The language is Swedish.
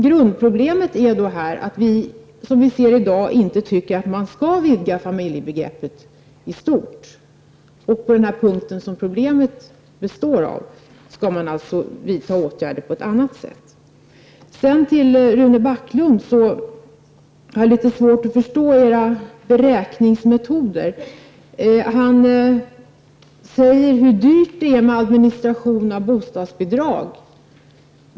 Grundproblemet är att vi, som vi ser det i dag, inte tycker att man skall vidga familjebegreppet i stort. På den punkt där problemet uppstår skall man alltså vidta åtgärder på annat sätt. Till Rune Backlund skulle jag vilja säga att jag har litet svårt att förstå centerns beräkningsmetoder. Rune Backlund talar om hur dyrt det är med administration och bostadsbidrag.